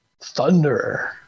thunder